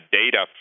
data